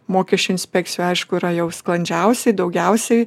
mokesčių inspekcija aišku yra jau sklandžiausiai daugiausiai